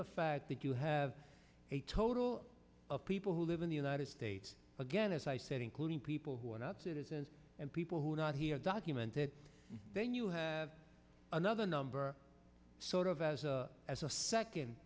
the fact that you have a total of people who live in the united states again as i said including people who are not citizens and people who are not here documented then you have another number sort of as a as a second